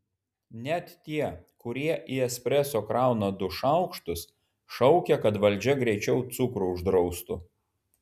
net tie kurie į espreso krauna du šaukštus šaukia kad valdžia greičiau cukrų uždraustų